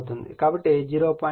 కాబట్టి 0